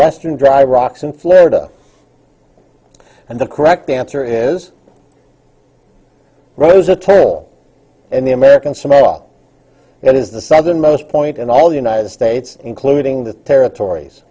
western dry rocks in florida and the correct answer is rosa terrell and the american samoa that is the southernmost point in all the united states including the territories